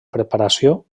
preparació